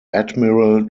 admiral